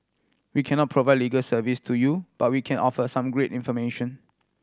we cannot provide legal advice to you but we can offer some great information